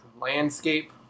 landscape